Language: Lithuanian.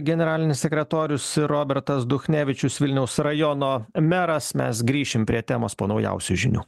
generalinis sekretorius robertas duchnevičius vilniaus rajono meras mes grįšim prie temos po naujausių žinių